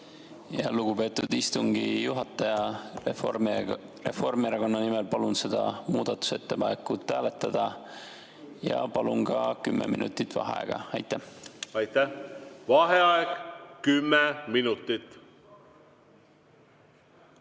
Lugupeetud istungi juhataja! Reformierakonna nimel palun seda muudatusettepanekut hääletada ja palun ka kümme minutit vaheaega. Aitäh! Vaheaeg kümme minutit.V